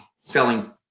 selling